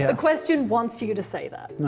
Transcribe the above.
the question wants you you to say that.